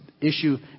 issue